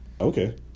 Okay